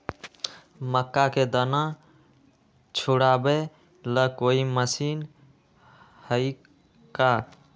मक्का के दाना छुराबे ला कोई मशीन हई का?